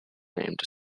named